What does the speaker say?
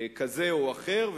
כזה או אחר,